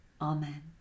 Amen